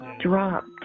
dropped